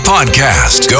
Podcast